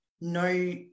no